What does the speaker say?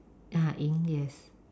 ah 赢 yes